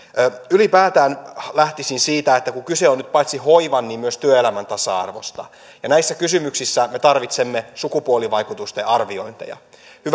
ylipäätään lähtisin siitä että kyse on nyt paitsi hoivan myös työelämän tasa arvosta ja näissä kysymyksissä me tarvitsemme sukupuolivaikutusten arviointeja hyvä